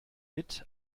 mit